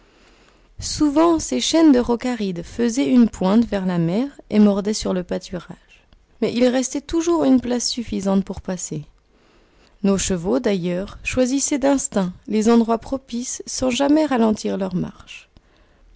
souvent ces chaînes de rocs arides faisaient une pointe vers la mer et mordaient sur le pâturage mais il restait toujours une place suffisante pour passer nos chevaux d'ailleurs choisissaient d'instinct les endroits propices sans jamais ralentir leur marche